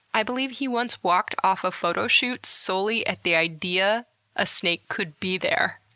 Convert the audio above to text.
i believe he once walked off a photo shoot solely at the idea a snake could be there.